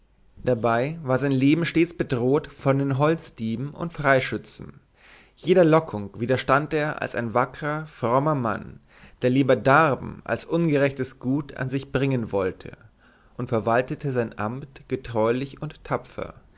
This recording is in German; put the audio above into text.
dabei war sein leben stets bedroht von den holzdieben und freischützen jeder lockung widerstand er als ein wackrer frommer mann der lieber darben als ungerechtes gut an sich bringen wollte und verwaltete sein amt getreulich und tapfer